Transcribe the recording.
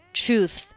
truth